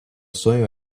sonho